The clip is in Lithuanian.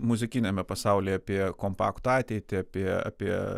muzikiniame pasauly apie kompaktų ateitį apie apie